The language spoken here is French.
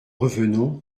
revenons